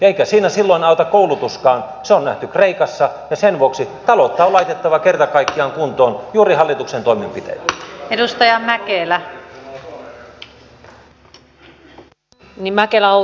eikä siinä silloin auta koulutuskaan se on nähty kreikassa ja sen vuoksi taloutta on laitettava kerta kaikkiaan kuntoon juuri hallituksen toimenpiteillä